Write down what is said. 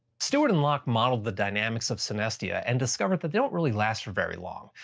stewart and lock modelled the dynamics of synestia and discovered that don't really last for very long.